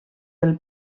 del